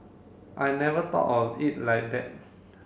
I never thought of it like that